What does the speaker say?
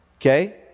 Okay